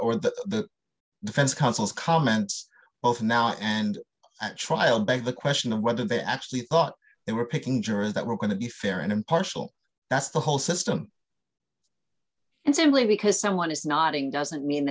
or that the defense counsel's comments both now and at trial beg the question of whether they actually thought they were picking jurors that were going to be fair and impartial that's the whole system and simply because someone is nodding doesn't mean